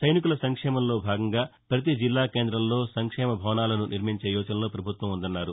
సైనికుల సంక్షేమంలో భాగంగా ప్రతి జిల్లా కేందంలో సంక్షేమ భవనాలను నిర్మించే యోచనలో పభుత్వం ఉందన్నారు